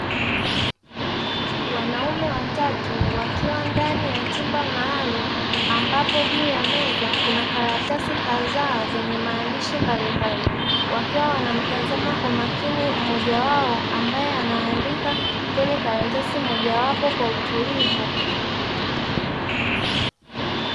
Wanaume watatu wakiwa ndani ya chumba maalumu ambapo juu ya meza kuna karatasi kadhaa zenye maandishi mbalimbali, wakiwa wanamtazama kwa makini mmoja wao ambaye anaandika kwenye karatasi mojawapo kwa utulivu.